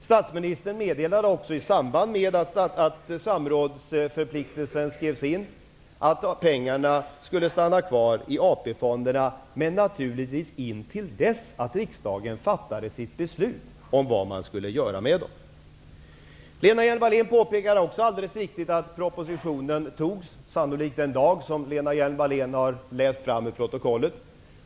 Statsministern meddelade också i samband med att samrådsförpliktelsen skrevs in, att pengarna skulle stanna kvar i AP-fonderna, men naturligtvis intill dess att riksdagen fattade sitt beslut om vad man skulle göra med dem. Lena Hjelm-Wallén påpekade också alldeles riktigt att propositionen antogs, sannolikt den dag som Lena Hjelm-Wallén har läst fram ur protokollet.